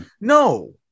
No